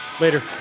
later